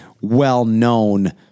well-known